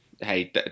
hey